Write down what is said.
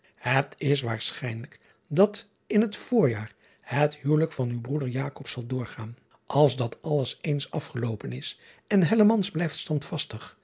et is waarschijnlijk dat in het voorjar het huwelijk van uw broeder zal doorgaan ls dat alles eens afgeloopen is en blijft